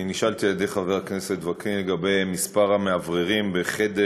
נשאלתי על ידי חבר הכנסת וקנין על מספר המאווררים בחדר